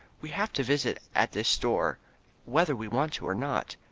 we have to visit at this store whether we want to or not.